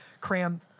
cram